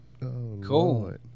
cool